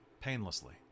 painlessly